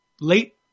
late